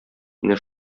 менә